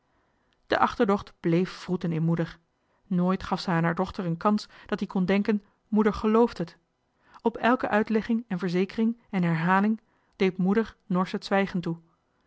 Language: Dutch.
de achterdocht blééf wroeten in moeder nooit gaf ze aan haar dochter een kans dat die kon denken moeder gelooft het op elke uitlegging en verzekering en herhaling deed moeder norsch het zwijgen toe